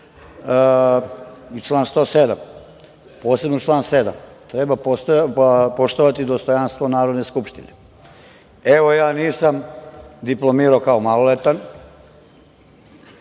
i član 107. posebno član 107, treba poštovati dostojanstvo Narodne skupštine. Evo, ja nisam diplomirao kao maloletan,